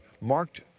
marked